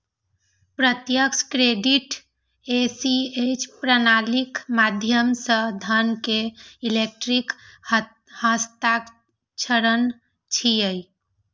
प्रत्यक्ष credit ACH प्रणालीक माध्यम सं धन के इलेक्ट्रिक हस्तांतरण छियै